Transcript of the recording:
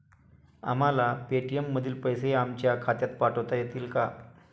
आम्हाला पेटीएम मधील पैसे आमच्या खात्यात पाठवता येतील का?